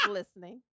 listening